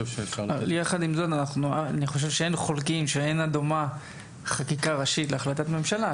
יחד עם זאת אני חושב שאין חולקים שאין הדומה חקיקה ראשית להחלטת ממשלה,